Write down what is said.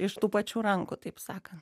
iš tų pačių rankų taip sakant